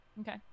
Okay